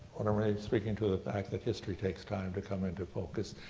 when i'm really speaking to the fact that history takes time to come into focus,